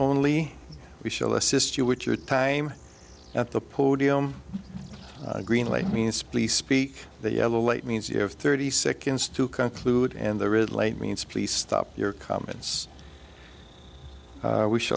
only we shall assist you with your time at the podium green light means please speak the yellow light means you have thirty seconds to conclude and the red light means please stop your comments we sh